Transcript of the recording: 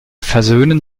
versöhnen